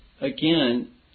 again